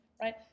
right